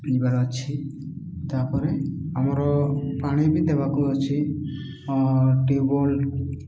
ଯିବାର ଅଛି ତାପରେ ଆମର ପାଣି ବି ଦେବାକୁ ଅଛି ଟ୍ୟୁବୱଲ୍